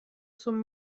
zum